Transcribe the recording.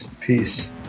Peace